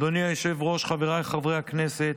אדוני היושב-ראש, חבריי חברי הכנסת,